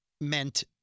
meant